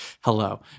Hello